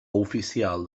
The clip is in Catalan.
oficial